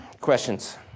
questions